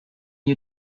you